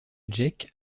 jake